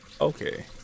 Okay